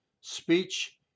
speech